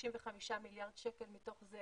כ-55 מיליארד שקל מתוך זה